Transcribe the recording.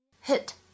hit